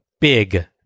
big